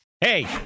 Hey